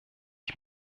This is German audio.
ich